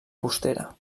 costera